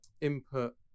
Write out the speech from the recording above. input